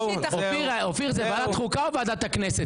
אופיר, זו ועדת חוקה או ועדת הכנסת?